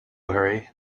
hurry